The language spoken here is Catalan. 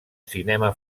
cinema